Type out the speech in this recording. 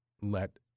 let